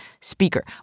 Speaker